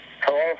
Hello